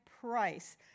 price